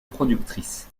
productrice